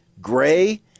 Gray